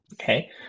Okay